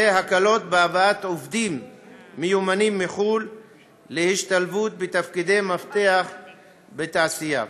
והקלות בהבאת עובדים מיומנים מחו"ל להשתלבות בתפקידי מפתח בתעשייה.